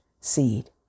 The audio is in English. seed